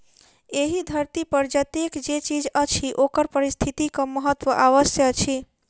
एहि धरती पर जतेक जे चीज अछि ओकर पारिस्थितिक महत्व अवश्य अछि